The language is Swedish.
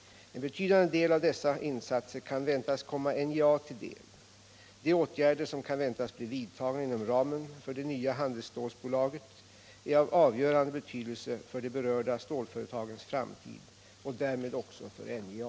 En betydande del av dessa insatser kan väntas komma NJA till del. De åtgärder som kan väntas bli vidtagna inom ramen för det nya handelsstålbolaget är av avgörande betydelse för de berörda stålföretagens framtid och därmed också för NJA.